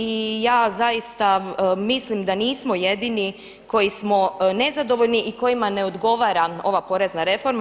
I ja zaista mislim da nismo jedini koji smo nezadovoljni i kojima ne odgovara ova porezna reforma.